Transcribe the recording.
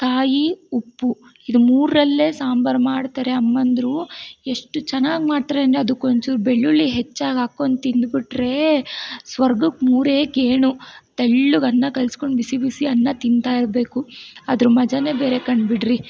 ಕಾಯಿ ಉಪ್ಪು ಇದು ಮೂರರಲ್ಲೇ ಸಾಂಬಾರ್ ಮಾಡ್ತಾರೆ ಅಮ್ಮಂದಿರು ಎಷ್ಟು ಚೆನ್ನಾಗಿ ಮಾಡ್ತಾರೆ ಅಂದರೆ ಅದಕ್ಕೆ ಒಂಚೂರು ಬೆಳ್ಳುಳ್ಳಿ ಹೆಚ್ಚಾಗಿ ಹಾಕ್ಕೊಂಡು ತಿಂದುಬಿಟ್ರೇ ಸ್ವರ್ಗಕ್ಕೆ ಮೂರೇ ಗೇಣು ತೆಳ್ಳಗೆ ಅನ್ನ ಕಲಸ್ಕೊಂಡ್ ಬಿಸಿಬಿಸಿ ಅನ್ನ ತಿಂತಾ ಇರಬೇಕು ಅದ್ರ ಮಜಾನೇ ಬೇರೆ ಕಣ್ ಬಿಡ್ರಿ